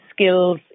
skills